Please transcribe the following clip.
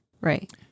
Right